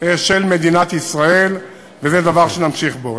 של מדינת ישראל, וזה דבר שנמשיך בו.